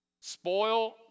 Spoil